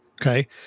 Okay